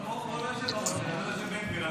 לא, פה הוא לא יושב בראש, פה יושב בן גביר.